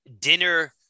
dinner